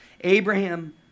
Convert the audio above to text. Abraham